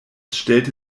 stellte